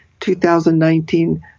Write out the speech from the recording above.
2019